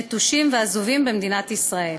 הנטושים והעזובים במדינת ישראל.